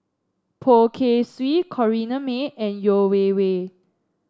Poh Kay Swee Corrinne May and Yeo Wei Wei